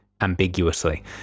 ambiguously